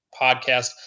podcast